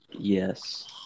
Yes